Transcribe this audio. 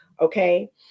Okay